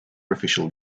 official